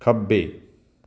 ਖੱਬੇ